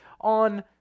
on